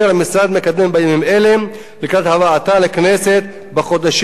מקדם בימים אלה לקראת הבאתה לכנסת בחודשים הקרובים.